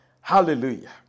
Hallelujah